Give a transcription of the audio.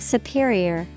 Superior